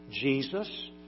Jesus